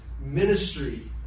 ministry